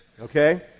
Okay